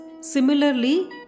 Similarly